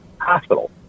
Hospital